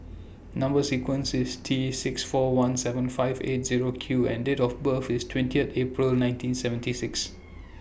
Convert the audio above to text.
Number sequence IS T six four one seven five eight Zero Q and Date of birth IS twentieth April nineteen seventy six